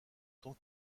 tant